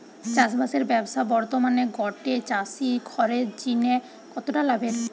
চাষবাসের ব্যাবসা বর্তমানে গটে চাষি ঘরের জিনে কতটা লাভের?